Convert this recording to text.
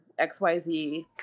xyz